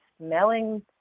smelling